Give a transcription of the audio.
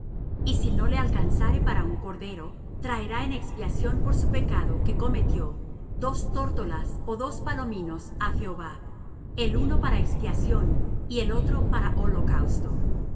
y si no le alcanzare para un cordero traerá en expiación por su pecado que cometió dos tórtolas ó dos palominos á jehová el uno para expiación y el otro para holocausto y